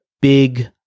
big